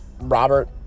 Robert